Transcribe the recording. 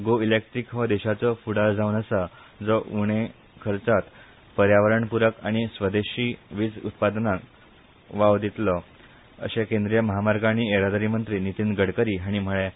गो electric हो देशाचो फुडार जावन आसा जो उणे खर्चान पर्यावरण प्ररक आनी स्वदेशी वीज उत्पादनांक वाव दितलो अशे केंद्रीय म्हामार्ग आनी येरादारी मंत्री नितीन गडकरी हाणी म्हळें